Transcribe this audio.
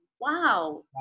wow